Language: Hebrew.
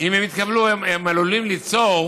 "הם עלולים ליצור